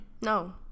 No